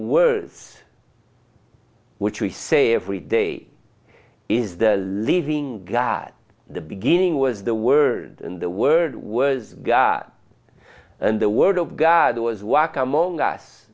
words which we say every day is the living god the beginning was the word and the word was god and the word of god was walk among us